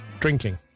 Drinking